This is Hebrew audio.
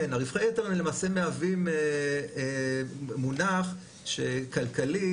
רווחי יתר למעשה מהווים מונח כלכלי.